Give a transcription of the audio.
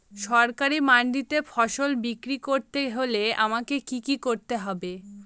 সরকারি মান্ডিতে ফসল বিক্রি করতে হলে আমাকে কি কি করতে হবে?